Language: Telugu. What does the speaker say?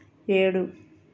ఏడు